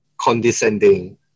condescending